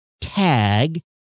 tag